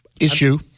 Issue